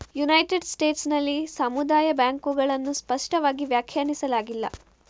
United States ನಲ್ಲಿ ಸಮುದಾಯ ಬ್ಯಾಂಕುಗಳನ್ನು ಸ್ಪಷ್ಟವಾಗಿ ವ್ಯಾಖ್ಯಾನಿಸಲಾಗಿಲ್ಲ